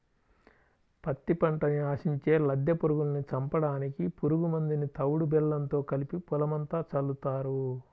పత్తి పంటని ఆశించే లద్దె పురుగుల్ని చంపడానికి పురుగు మందుని తవుడు బెల్లంతో కలిపి పొలమంతా చల్లుతారు